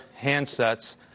handsets